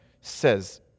says